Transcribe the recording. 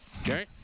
Okay